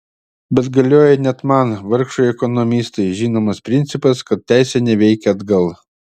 bet galioja net man vargšui ekonomistui žinomas principas kad teisė neveikia atgal